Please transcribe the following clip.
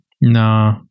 No